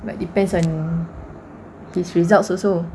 but depends on his results also